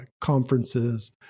conferences